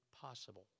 possible